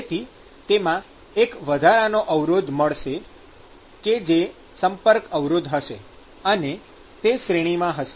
જેથી તેમાં એક વધારાનો અવરોધ મળશે કે જે "સંપર્ક અવરોધ" હશે અને તે શ્રેણીમાં હશે